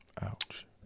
Ouch